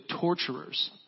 torturers